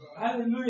Hallelujah